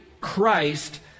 Christ